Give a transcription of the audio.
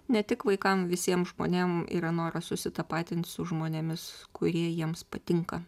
ne tik vaikam visiem žmonėm yra noras susitapatint su žmonėmis kurie jiems patinka